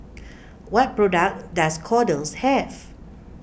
what products does Kordel's have